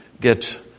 get